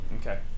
Okay